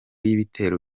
y’ibitero